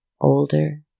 older